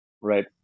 right